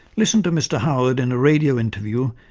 listen to mr howard in a radio interview,